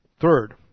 Third